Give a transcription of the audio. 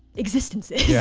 existences. yeah